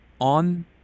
on